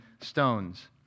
stones